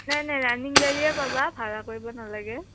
নাই নাই ৰানিং গাড়ীয়ে পাবা ভাড়া কৰিব নালাগে